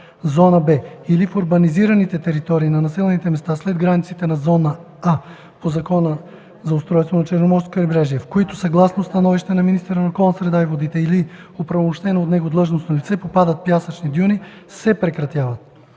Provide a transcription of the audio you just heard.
зона „Б” или в урбанизираните територии на населените места след границите на зона „А” по Закона за устройството на Черноморското крайбрежие, в които, съгласно становище на министъра на околната среда и водите или оправомощено от него длъжностно лице, попадат пясъчни дюни, се прекратяват.